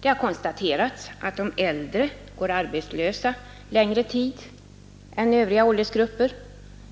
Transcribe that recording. Det har konstaterats att de äldre går arbetslösa längre tid än Övriga åldersgrupper.